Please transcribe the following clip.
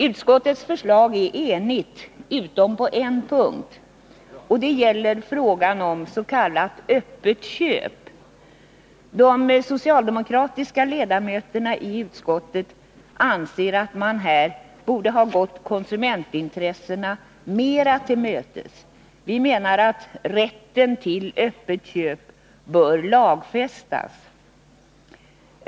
Utskottets förslag är enigt utom på en punkt. Det gäller frågan om s.k. öppet köp. De socialdemokratiska ledamöterna i utskottet anser att man här borde ha gått konsumentintressena mera till mötes. Vi menar att rätten till öppet köp bör lagfästas.